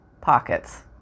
pockets